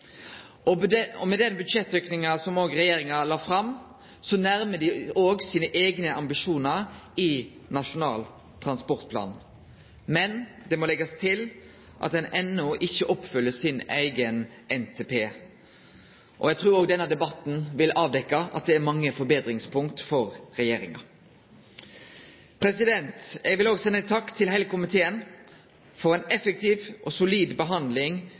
transport og kommunikasjon. Og med den budsjettauken som regjeringa la fram, nærmar dei seg òg sine eigne ambisjonar i Nasjonal transportplan. Men det må leggjast til at ein endå ikkje oppfyller sin eigen NTP. Eg trur at denne debatten vil avdekkje at det er mange forbetringspunkt for regjeringa. Eg vil sende ein takk til heile komiteen for ei effektiv og solid behandling